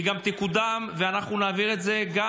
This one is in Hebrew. היא גם תקודם ואנחנו נעביר את זה גם